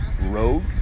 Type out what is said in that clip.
rogue